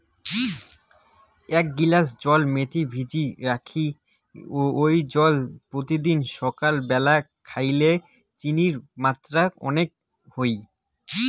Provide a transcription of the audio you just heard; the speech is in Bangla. এ্যাক গিলাস জল মেথি ভিজি রাখি ওই জল পত্যিদিন সাকাল ব্যালা খাইলে চিনির মাত্রা কণেক হই